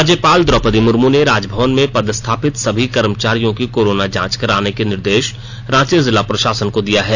राज्यपाल द्रौपदी मुर्मू ने राजभवन में पदस्थापित सभी कर्मचारियों की कोरोना जांच कराने के निर्देश रांची जिला प्रशासन को दिया है